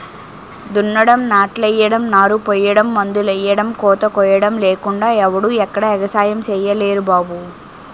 దున్నడం, నాట్లెయ్యడం, నారుపొయ్యడం, మందులెయ్యడం, కోతకొయ్యడం లేకుండా ఎవడూ ఎక్కడా ఎగసాయం సెయ్యలేరు బాబూ